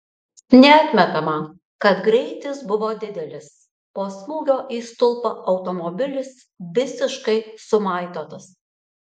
neatmetama kad greitis buvo didelis po smūgio į stulpą automobilis visiškai sumaitotas